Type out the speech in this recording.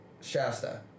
Shasta